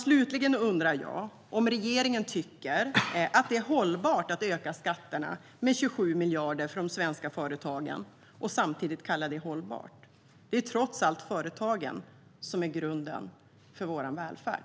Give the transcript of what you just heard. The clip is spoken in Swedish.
Slutligen undrar jag om regeringen tycker att det är hållbart att öka skatterna med 27 miljarder för de svenska företagen och samtidigt kalla det för hållbart. Det är trots allt företagen som är grunden för vår välfärd.